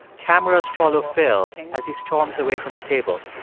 cameras follow phil as he storms away from the table,